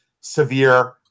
severe